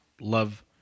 love